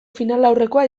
finalaurrekoa